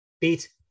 beat